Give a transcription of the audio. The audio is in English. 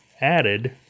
added